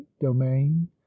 domain